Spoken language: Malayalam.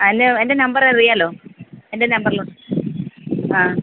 ആ എന്നെ എൻ്റെ നമ്പർ അറിയാമല്ലോ എൻ്റെ നമ്പർലോട്ട് ആ